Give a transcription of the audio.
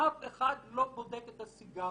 אף אחד לא בודק את הסיגריות.